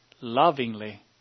lovingly